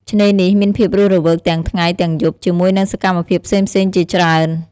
ឆ្នេរនេះមានភាពរស់រវើកទាំងថ្ងៃទាំងយប់ ជាមួយនឹងសកម្មភាពផ្សេងៗជាច្រើន។